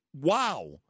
Wow